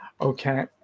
okay